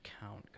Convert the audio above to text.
count